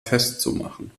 festzumachen